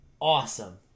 awesome